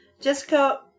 Jessica